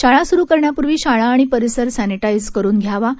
शाळा सुरू करण्यापूर्वी शाळा आणि परिसर सॅनिटाइज करून घ्याव्यात